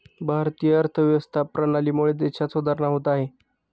भारतीय अर्थव्यवस्था प्रणालीमुळे देशात सुधारणा होत आहे